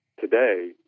today